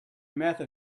method